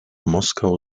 moskau